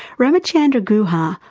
ramachandra guha,